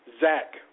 Zach